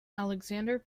alexander